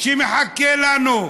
שמחכה לנו.